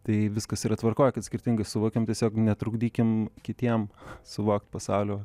tai viskas yra tvarkoj kad skirtingai suvokiam tiesiog netrukdykim kitiem suvokt pasaulio